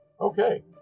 Okay